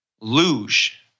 luge